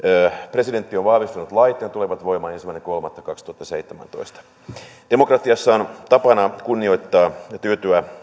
presidentti on vahvistanut lait ja ne tulevat voimaan ensimmäinen kolmatta kaksituhattaseitsemäntoista demokratiassa on tapana kunnioittaa enemmistön ratkaisuja ja tyytyä